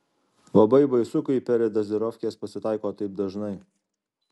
labai baisu kai peredazirofkės pasitaiko taip dažnai